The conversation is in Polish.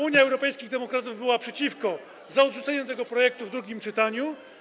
Unia Europejskich Demokratów była przeciwko, za odrzuceniem tego projektu w drugim czytaniu.